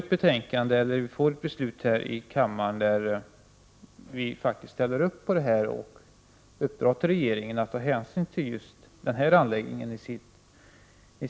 Mot den bakgrunden är det viktigt att ett beslut fattas i denna kammare, som innebär att regeringen i budgeten måste ta hänsyn till just den här anläggningen.